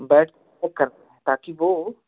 बैठकर करना है ताकि वह